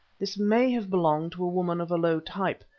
this may have belonged to a woman of a low type,